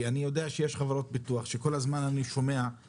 כי אני יודע שיש חברות ביטוח שכל הזמן אני שומע,